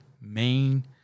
main